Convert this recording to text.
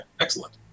Excellent